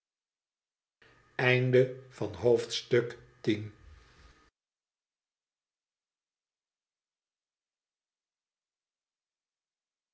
hoofdstuk van het